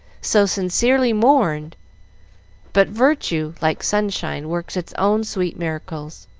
so sincerely mourned but virtue, like sunshine, works its own sweet miracles,